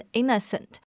innocent